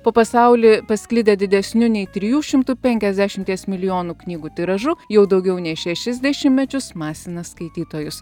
po pasaulį pasklidę didesniu nei trijų šimtų penkiasdešimties milijonų knygų tiražu jau daugiau nei šešis dešimtmečius masina skaitytojus